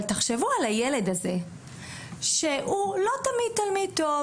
אבל תחשבו על הילד הזה שהוא לא תמיד "תלמיד טוב",